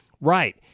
Right